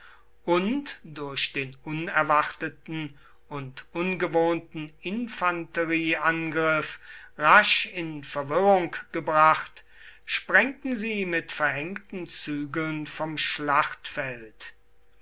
und durch den unerwarteten und ungewohnten infanterieangriff rasch in verwirrung gebracht sprengten sie mit verhängten zügeln vom schlachtfeld